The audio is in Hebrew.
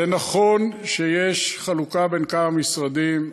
זה נכון שיש חלוקה בין כמה משרדים,